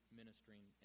ministering